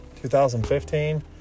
2015